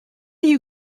you